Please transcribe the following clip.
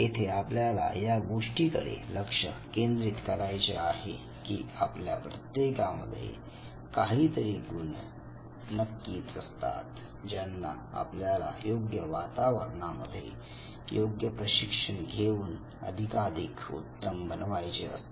येथे आपल्याला या गोष्टीकडे लक्ष केंद्रित करायचे आहे की आपल्या प्रत्येकामध्ये काहीतरी गुण नक्कीच असतात ज्यांना आपल्याला योग्य वातावरणामध्ये योग्य प्रशिक्षण घेऊन अधिकाधिक उत्तम बनवायचे असते